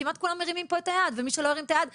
כמעט כולם מרימים פה את היד ומי שלא הרים את היד אני